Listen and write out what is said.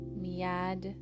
miad